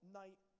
night